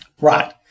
Right